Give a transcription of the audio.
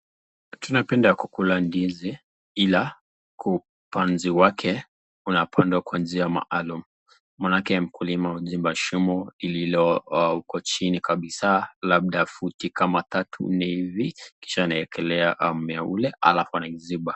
Tunapenda kukula ndizi ila upanzi wake unapandwa kwa njia maalum maanake mkulima huchimba shimo lililoko chini kabisa labda futi kama tatu nne hivi kisha anawekelea mmea ule alafu anaiziba.